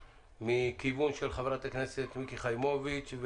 מכיוונה של חברת הכנסת מיקי חיימוביץ'.